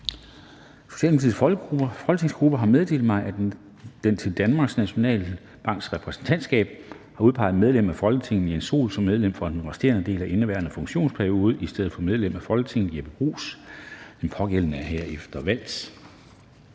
Socialdemokratiets folketingsgruppe har meddelt mig, at den til Danmarks Nationalbanks repræsentantskab har udpeget medlem af Folketinget Jens Joel som medlem for den resterende del af indeværende funktionsperiode i stedet for medlem af Folketinget Jeppe Bruus. Den pågældende er herefter valgt.